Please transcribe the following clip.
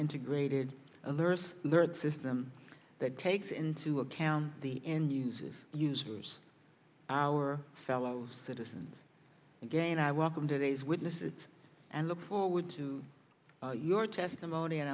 integrated alert system that takes into account the end uses users our fellow citizens again i welcome today's witnesses and look forward to your testimony and